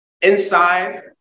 inside